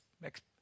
next